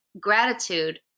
gratitude